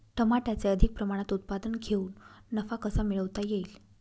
टमाट्याचे अधिक प्रमाणात उत्पादन घेऊन नफा कसा मिळवता येईल?